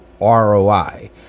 ROI